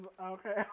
Okay